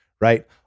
right